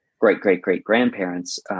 great-great-great-grandparents